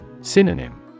Synonym